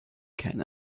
can